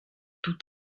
tout